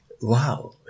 wow